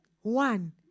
One